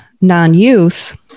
non-use